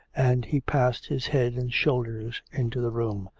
and he passed his head and shoulders into the room.